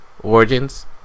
Origins